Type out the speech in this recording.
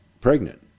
pregnant